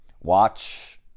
Watch